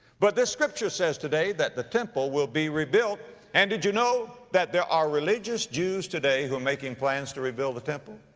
but this scripture says today that the temple will be rebuilt. and did you know that there are religious jews today who are making plans to rebuild the temple?